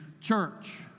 church